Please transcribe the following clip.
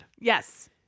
Yes